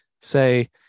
say